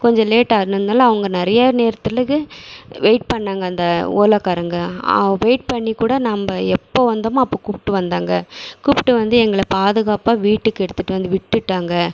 கொஞ்சம் லேட்டானதனால அவங்க நிறையா நேரத்திலக்கு வெய்ட் பண்ணாங்கள் அந்த ஓலாக்காரங்கள் வெய்ட் பண்ணி கூட நம்ம எப்போது வந்தமோ அப்போ கூப்பிடு வந்தாங்கள் கூப்பிடு வந்து எங்களை பாதுகாப்பாக வீட்டுக்கு எடுத்துட்டு வந்து விட்டுட்டாங்கள்